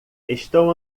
estão